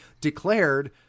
declared